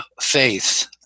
faith